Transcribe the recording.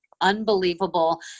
unbelievable